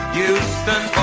Houston